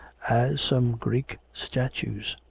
some greek statues.